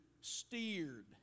steered